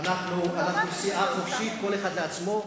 אנחנו סיעה חופשית, כל אחד לעצמו.